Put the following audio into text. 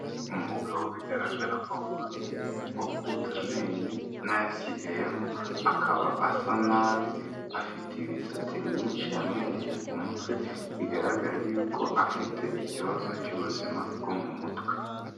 Umugabo bigaragara ko akuze, wakutse amenyo, n'ayasigayemo akaba asa nabi, afite imisatsi myinshi yamwereye ku mutwe, bigaragare yuko afite ikibazo cy'ubuzima, bwo mu mutwe.